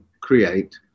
create